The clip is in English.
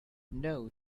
know